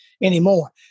anymore